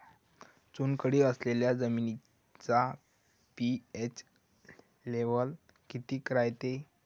चुनखडी असलेल्या जमिनीचा पी.एच लेव्हल किती रायते?